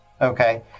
Okay